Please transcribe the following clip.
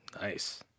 Nice